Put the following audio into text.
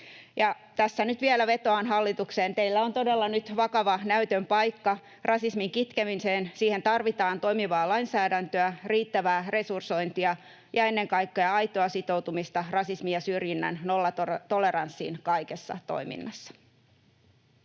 Tässä nyt vielä vetoan hallitukseen: Teillä on todella nyt vakava näytön paikka rasismin kitkemiseen. Siihen tarvitaan toimivaa lainsäädäntöä, riittävää resursointia ja ennen kaikkea aitoa sitoutumista rasismin ja syrjinnän nollatoleranssiin kaikessa toiminnassa.